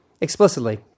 explicitly